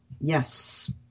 Yes